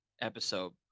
episode